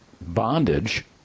bondage